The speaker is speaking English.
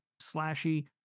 slashy